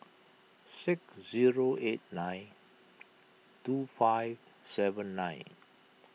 six zero eight nine two five seven nine